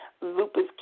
lupus